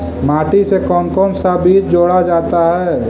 माटी से कौन कौन सा बीज जोड़ा जाता है?